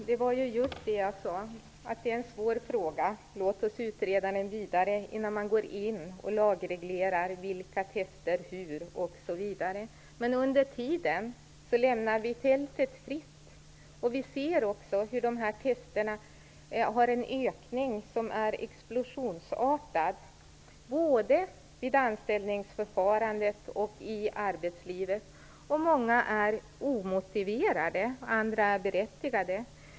Fru talman! Det var just det jag sade. Det är en svår fråga. Låt oss utreda den vidare innan vi går in och lagreglerar vilka tester som skall tillåtas och hur de skall göras! Men under tiden lämnar vi fältet fritt. Vi ser också hur dessa tester ökar explosionsartat både vid anställningsförfarandet och ute i arbetslivet. Många av testerna är omotiverade, och andra är berättigade.